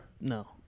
No